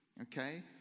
Okay